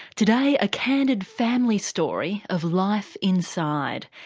today a candid family story of life inside,